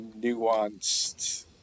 nuanced